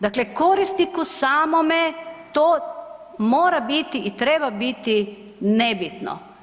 Dakle, korisniku samome to mora biti i treba biti nebitno.